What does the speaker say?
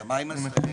מה עם ההסתייגויות?